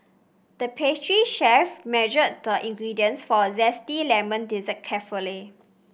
the pastry chef measured the ingredients for a zesty lemon dessert carefully